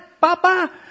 Papa